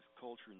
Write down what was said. culture